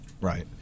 Right